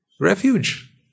refuge